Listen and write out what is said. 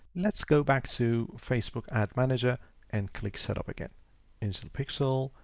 let's go back to facebook ad manager and click setup again into the pixel.